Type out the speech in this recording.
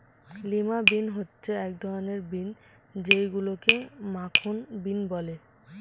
lima bean হচ্ছে এক ধরনের বিন যেইগুলোকে মাখন বিন বলে